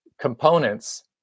components